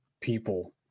people